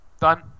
Done